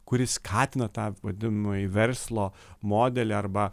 kuri skatina tą vadinamąjį verslo modelį arba